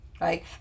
right